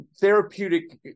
therapeutic